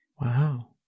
Wow